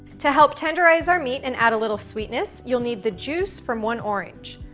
to help tenderize our meat and add a little sweetness, you'll need the juice from one orange.